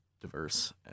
diverse